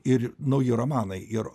ir nauji romanai ir